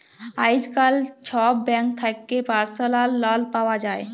আইজকাল ছব ব্যাংক থ্যাকে পার্সলাল লল পাউয়া যায়